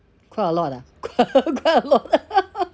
quite a lot lah qui~ quite a lot ah